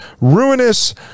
ruinous